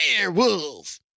werewolf